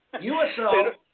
USO